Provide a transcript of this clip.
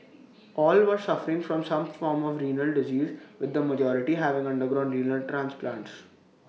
all were suffering from some form of renal disease with the majority having undergone renal transplants